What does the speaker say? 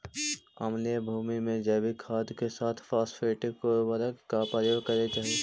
अम्लीय भूमि में जैविक खाद के साथ फॉस्फेटिक उर्वरक का प्रयोग करे चाही